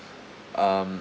um